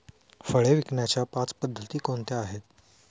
फळे विकण्याच्या पाच पद्धती कोणत्या आहेत?